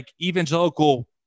evangelical